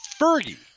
Fergie